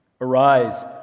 Arise